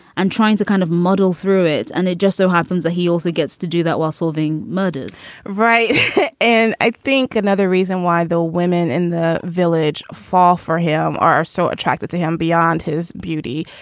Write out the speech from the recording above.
i'm trying to kind of muddle through it. and it just so happens that he also gets to do that while solving murders right and i think another reason why, though, women in the village fall for him are so attracted to him beyond his beauty,